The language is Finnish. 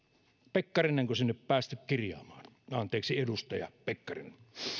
pekkarinenko sinne on päästetty kirjaamaan anteeksi edustaja pekkarinen